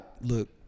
look